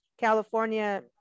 California